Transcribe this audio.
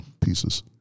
pieces